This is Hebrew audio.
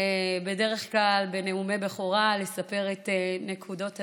בדרך כלל לספר את נקודות הדרך,